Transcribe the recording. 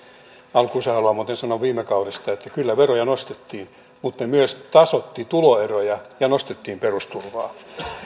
alkuun sen haluan muuten sanoa viime kaudesta että kyllä veroja nostettiin mutta ne myös tasoittivat tuloeroja ja nostettiin perusturvaa